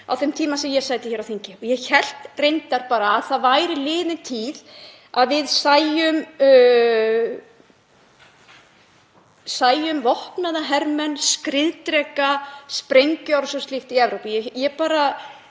á þeim tíma sem ég sæti hér á þingi. Ég hélt reyndar að það væri liðin tíð að við sæjum vopnaða hermenn, skriðdreka, sprengjuárásir og slíkt í Evrópu. Ég bara